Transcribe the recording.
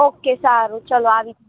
okay સારું ચાલો આવીશ